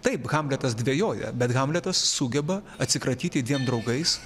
taip hamletas dvejoja bet hamletas sugeba atsikratyti dviem draugais